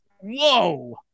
Whoa